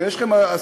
אם יש לכם השגות,